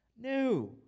New